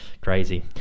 Crazy